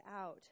out